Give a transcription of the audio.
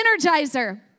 energizer